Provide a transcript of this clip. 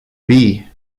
bee